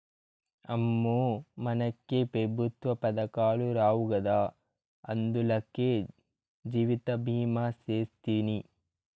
అమ్మో, మనకే పెఋత్వ పదకాలు రావు గదా, అందులకే జీవితభీమా సేస్తిని